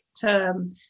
term